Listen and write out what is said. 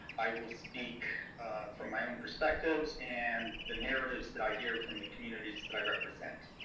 i will speak from my own perspectives and the narratives that i hear from the communities that i represent.